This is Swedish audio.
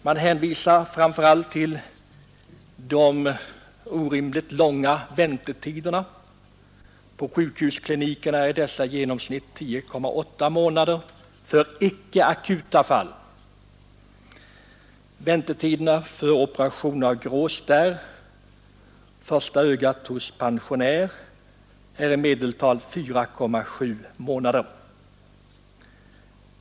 Man hänvisar framför allt till de orimligt långa väntetiderna — på sjukhusklinikerna är dessa i genomsnitt 10,8 månader för icke akuta fall. Väntetiden för operation av grå starr, första ögat hos pensionär, är i medeltal 4,7 månader.